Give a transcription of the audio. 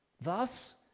Thus